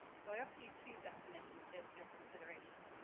so i offer you two definitions here for your consideration.